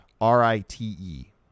R-I-T-E